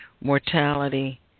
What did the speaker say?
mortality